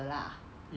mm